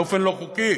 באופן לא חוקי,